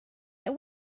that